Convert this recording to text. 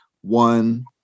One